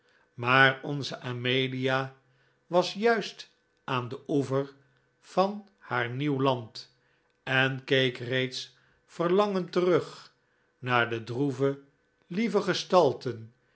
maar onze amelia was juist aan den oever van haar nieuw land en keek reeds verlangend terug naar de droeve lieve